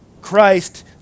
Christ